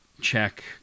check